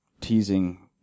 teasing